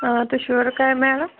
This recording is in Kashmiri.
آ تُہۍ چھِوا رُقیہ میڈَم